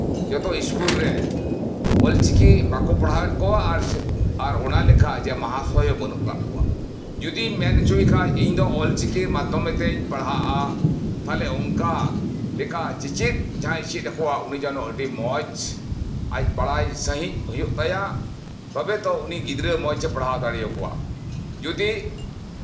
ᱡᱚᱛᱚ ᱥᱠᱩᱞ ᱨᱮ ᱚᱞᱪᱤᱠᱤ ᱵᱟᱠᱚ ᱯᱟᱲᱡᱦᱟᱣ ᱮᱫ ᱠᱚᱣᱟ ᱟᱨ ᱚᱱᱟ ᱞᱮᱠᱟ ᱢᱟᱦᱟᱥᱚᱭ ᱦᱚᱸ ᱵᱟᱹᱱᱩᱜ ᱠᱟᱜ ᱠᱚᱣᱟ ᱡᱚᱫᱤᱢ ᱢᱮᱱ ᱦᱚᱪᱚᱭ ᱠᱷᱟᱱ ᱤᱧ ᱫᱚ ᱚᱞᱪᱤᱠᱤ ᱢᱟᱫᱽᱫᱷᱚᱢ ᱛᱤᱧ ᱯᱟᱲᱦᱟᱜᱼᱟ ᱛᱟᱦᱞᱮ ᱚᱱᱠᱟ ᱞᱮᱠᱟ ᱪᱮᱪᱮᱫ ᱡᱟᱸᱦᱟᱭᱮ ᱪᱮᱫ ᱟᱠᱚᱣᱟ ᱩᱱᱤ ᱡᱮᱱᱚ ᱟᱹᱰᱤ ᱢᱚᱸᱡᱽ ᱟᱡ ᱵᱟᱲᱟᱭ ᱥᱟᱹᱦᱤᱡ ᱦᱩᱭᱩᱜ ᱛᱟᱭᱟ ᱛᱚᱵᱮ ᱛᱚ ᱩᱱᱤ ᱜᱤᱫᱽᱨᱟᱹ ᱢᱚᱸᱡᱽᱼᱮ ᱯᱟᱲᱦᱟᱣ ᱫᱟᱲᱮᱣ ᱠᱚᱣᱟ ᱡᱚᱫᱤ